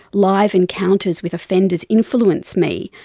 live encounters with offenders influence me.